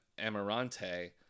Amarante